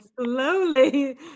slowly